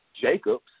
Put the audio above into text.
Jacobs